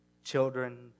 Children